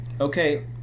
Okay